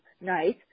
nice